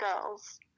girls